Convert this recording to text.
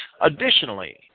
Additionally